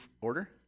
order